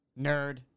Nerd